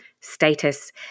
status